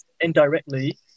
indirectly